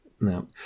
no